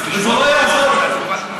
אז תשמור על כבוד לאותה תקופה.